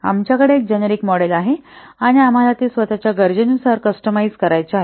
आमच्याकडे एक generic model आहे आणि आम्हाला ते आमच्या स्वतःच्या गरजेनुसार कॅस्टमाइझ करायचे आहे